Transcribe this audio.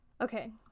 Okay